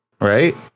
right